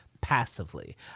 passively